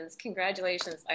Congratulations